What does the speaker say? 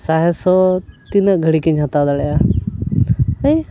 ᱥᱟᱸᱦᱮᱫ ᱦᱚᱸ ᱛᱤᱱᱟᱹᱜ ᱜᱷᱟᱹᱲᱤᱠᱤᱧ ᱦᱟᱛᱟᱣ ᱫᱟᱲᱮᱭᱟᱜᱼᱟ ᱦᱮᱸ